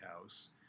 house